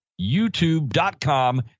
YouTube.com